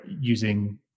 using